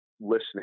listening